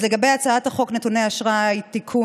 אז לגבי הצעת חוק נתוני אשראי (תיקון,